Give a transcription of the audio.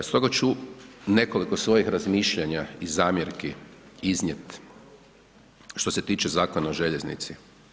Stoga ću nekoliko svojih razmišljanja i zamjerki iznijet, što se tiče Zakona o željeznici.